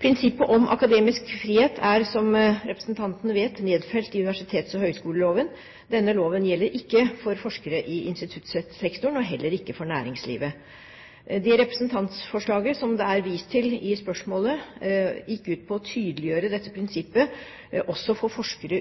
Prinsippet om akademisk frihet er, som representanten vet, nedfelt i universitets- og høyskoleloven. Denne loven gjelder ikke for forskere i instituttsektoren og heller ikke for næringslivet. Det representantforslaget som det er vist til i spørsmålet, gikk ut på å tydeliggjøre dette prinsippet også for forskere